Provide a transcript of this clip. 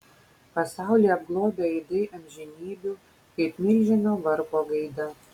pasaulį apglobę aidai amžinybių kaip milžino varpo gaida